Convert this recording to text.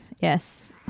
Yes